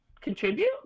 contribute